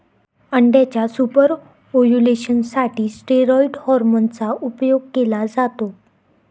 अंड्याच्या super ovulation साठी steroid hormone चा उपयोग केला जातो